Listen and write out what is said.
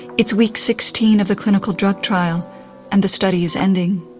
it's week sixteen of the clinical drug trial and the study is ending.